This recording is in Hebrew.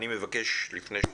תודה רבה,